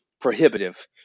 prohibitive